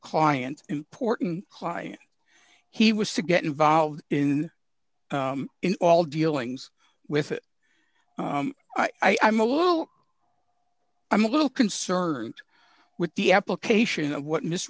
client important client he was to get involved in all dealings with it i'm a little i'm a little concerned with the application of what miss